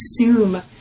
assume